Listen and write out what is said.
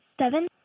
Seven